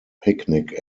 picnic